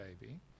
baby